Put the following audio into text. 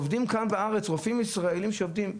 עובדים כאן בארץ, רופאים ישראלים שעובדים.